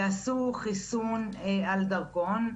ועשו חיסון על דרכון,